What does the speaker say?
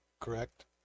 correct